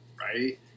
right